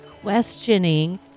questioning